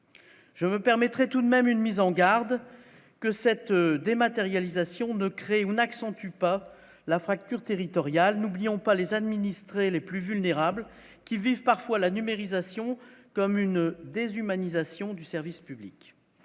Je me permettrai tout de même une mise en garde que cette dématérialisation ne ou n'accentue pas la fracture territoriale, n'oublions pas les administrés les plus vulnérables qui vivent parfois la numérisation comme une déshumanisation du service public,